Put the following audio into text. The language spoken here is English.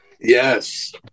Yes